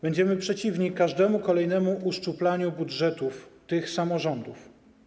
Będziemy przeciwni każdemu kolejnemu uszczupleniu budżetów tych samorządów.